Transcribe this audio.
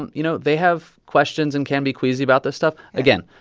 um you know, they have questions and can be queasy about this stuff. again,